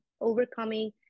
overcoming